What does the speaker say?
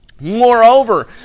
Moreover